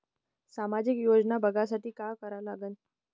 सामाजिक योजना बघासाठी का करा लागन?